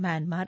Myanmar